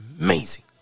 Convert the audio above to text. amazing